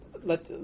let